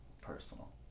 personal